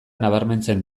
nabarmentzen